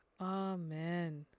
Amen